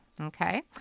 Okay